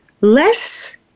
less